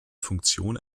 funktion